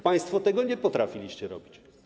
Państwo tego nie potrafiliście robić.